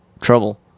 trouble